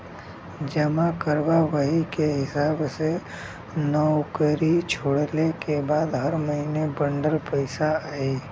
जमा करबा वही के हिसाब से नउकरी छोड़ले के बाद हर महीने बंडल पइसा आई